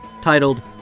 titled